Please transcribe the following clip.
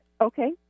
Okay